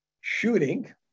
shooting